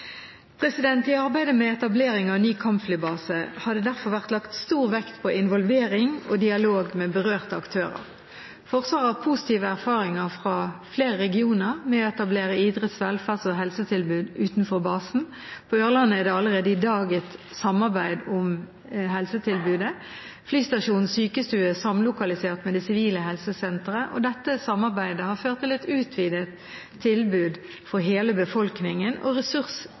I arbeidet med etablering av ny kampflybase har det derfor vært lagt stor vekt på involvering og dialog med berørte aktører. Forvaret har positive erfaringer fra flere regioner med å etablere idretts-, velferds- og helsetilbud utenfor basen. På Ørlandet er det allerede i dag et samarbeid om helsetilbudet. Flystasjonens sykestue er samlokalisert med det sivile helsesenteret. Dette samarbeidet har ført til et utvidet tilbud for hele befolkningen og